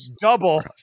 double